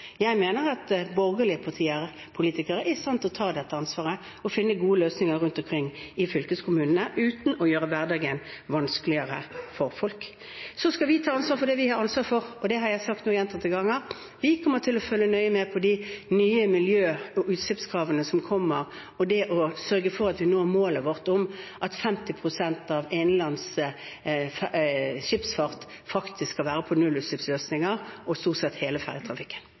Jeg mener borgerlige partier og politikere er i stand til å ta dette ansvaret og finne gode løsninger rundt omkring i fylkeskommunene, uten å gjøre hverdagen vanskeligere for folk. Så skal vi ta ansvar for det vi har ansvar for, og det har jeg sagt nå gjentatte ganger: Vi kommer til å følge nøye med på de nye miljø- og utslippskravene som kommer, og sørge for at vi når målet vårt om at 50 pst. av innenlands skipsfart faktisk skal være nullutslippsløsninger – og stort sett hele